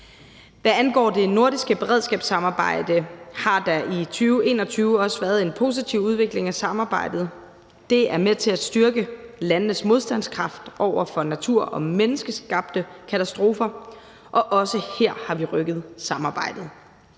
Hvad angår det nordiske beredskabssamarbejde, har der i 2021 også været en positiv udvikling af samarbejdet. Det er med til at styrke landenes modstandskraft over for natur- og menneskeskabte katastrofer, og også her har vi rykket samarbejdet.